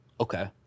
Okay